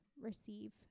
receive